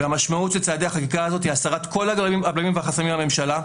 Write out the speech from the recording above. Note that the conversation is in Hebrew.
המשמעות של צעדי החקיקה הזאת היא הסרת כל הבלמים והחסמים לממשלה.